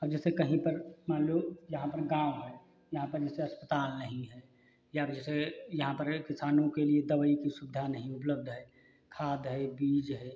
अब जैसे कहीं पर मान लो यहाँ पर गाँव है यहाँ पर जैसे अस्पताल नहीं हैं या अब जैसे यहाँ पर किसानों के लिए दवाई की सुविधा नहीं उपलब्ध है खाद है बीज है